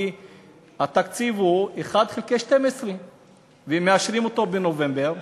כי התקציב הוא 1 חלקי 12 ומאשרים אותו בנובמבר,